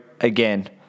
again